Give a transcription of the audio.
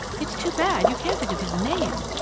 it's too bad you can't think of his name!